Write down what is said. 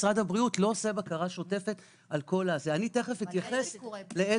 משרד הבריאות לא עושה בקרה שוטפת על בית העסק.